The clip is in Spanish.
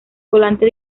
volante